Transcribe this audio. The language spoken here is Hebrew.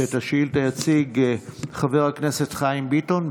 שאת השאילתה יציג חבר הכנסת חיים ביטון.